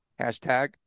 Hashtag